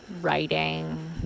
writing